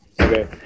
okay